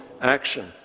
action